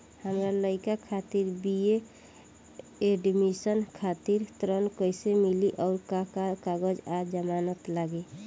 हमार लइका खातिर बी.ए एडमिशन खातिर ऋण कइसे मिली और का का कागज आ जमानत लागी?